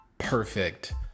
perfect